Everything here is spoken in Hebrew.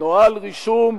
נוהל רישום.